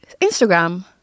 Instagram